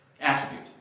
attribute